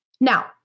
Now